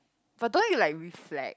but don't you like reflect